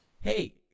Hey